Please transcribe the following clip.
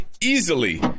easily